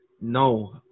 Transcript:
no